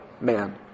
man